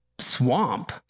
swamp